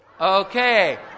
Okay